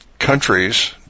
countries